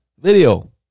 video